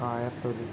കായത്തൊലി